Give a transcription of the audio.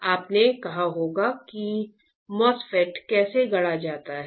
आपने कहा होगा कि MOSFET कैसे गढ़ा जाता है